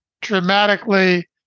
dramatically